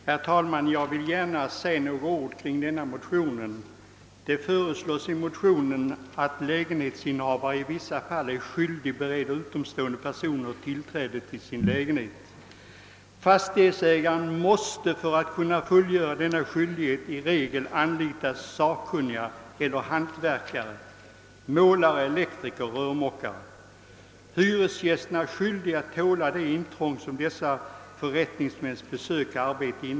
Herr talman! Jag vill gärna säga några ord kring dessa motioner. Det framhålles i motionerna att lägenhetsinnehavare i vissa fall är skyldig att bereda utomstående personer tillträde till sin lägenhet. Fastighetsägaren måste för att kunna fullgöra skyldigheten att hålla lägenheten i tillfredsställande skick anlita sakkunniga eller hantverkare: målare, elektriker, rörmokare. Hyresgästerna är skyldiga att tåla det intrång som dessa förrättningsmäns besök innebär.